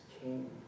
King